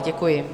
Děkuji.